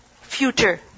future